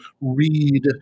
read